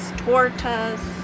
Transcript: tortas